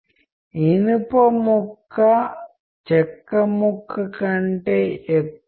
ambiguity అంటే ఎక్కడైతే communication అసలు స్పష్టంగా లేదు